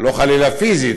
לא חלילה פיזית,